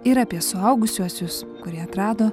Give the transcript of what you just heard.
ir apie suaugusiuosius kurie atrado